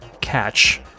catch